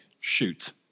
shoot